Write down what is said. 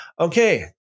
okay